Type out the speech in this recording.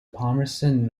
palmerston